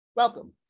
Welcome